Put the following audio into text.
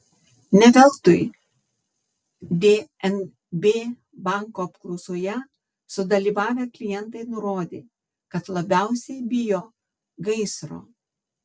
ne veltui dnb banko apklausoje sudalyvavę klientai nurodė kad labiausiai bijo gaisro